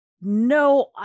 no